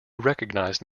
recognised